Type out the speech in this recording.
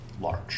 large